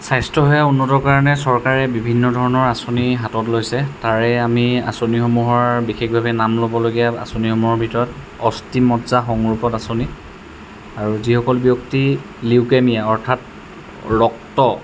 স্বাস্থ্যসেৱা উন্নতৰ কাৰণে চৰকাৰে বিভিন্ন ধৰণৰ আঁচনি হাতত লৈছে তাৰে আমি আঁচনিসমূহৰ বিশেষভাৱে নাম ল'বলগীয়া আঁচনিসমূহৰ ভিতৰত অষ্টি মজ্জা সংৰূপত আঁচনি আৰু যিসকল ব্যক্তি লিউকেমিয়া অৰ্থাৎ ৰক্ত